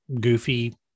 goofy